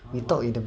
we talk in the